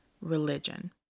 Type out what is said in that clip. religion